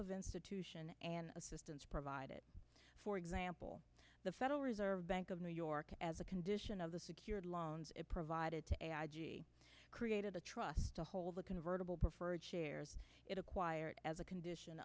of institution and assistance provided for example the federal reserve bank of new york as a condition of the secured loans provided to a created the trust to hold the convertible preferred shares it acquired as a condition